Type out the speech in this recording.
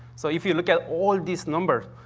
so, if you look at all these numbers,